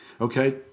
Okay